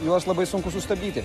juos labai sunku sustabdyti